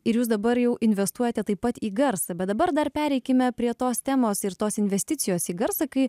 ir jūs dabar jau investuojate taip pat į garsą bet dabar dar pereikime prie tos temos ir tos investicijos į garsą kai